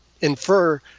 infer